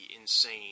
insane